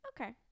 Okay